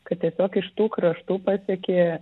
kad tiesiog iš tų kraštų pasiekė